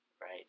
right